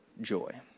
joy